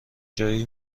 جایی